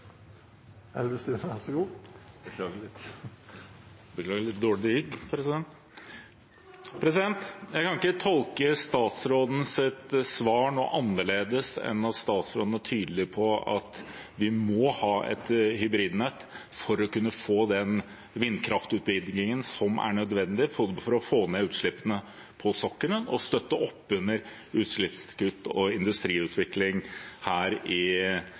Elvestuen – til oppfølgingsspørsmål. Jeg kan ikke tolke statsrådens svar noe annerledes enn at statsråden er tydelig på at vi må ha et hybridnett for å kunne få den vindkraftutbyggingen som er nødvendig både for å få ned utslippene på sokkelen og for å støtte opp under utslippskutt og industriutvikling her i